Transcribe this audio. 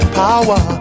power